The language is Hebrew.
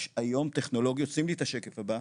יש היום טכנולוגיות, שקף הבא,